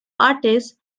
artists